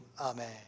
Amen